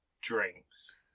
drinks